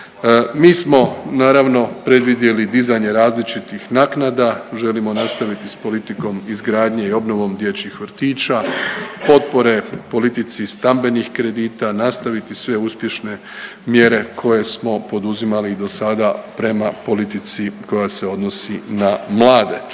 Mi smo naravno predvidjeli dizanje različitih naknada, želimo nastaviti s politikom izgradnje i obnovom dječjih vrtića, potpore politici stambenih kredita, nastaviti sve uspješne mjere koje smo poduzimali do sada prema politici koja se odnosi na mlade.